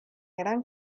gran